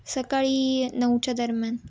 सकाळी नऊच्या दरम्यान